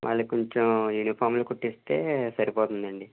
వాళ్ళకి కొంచెం యూనిఫార్మ్లు కుట్టి ఇస్తే సరిపోతుందండి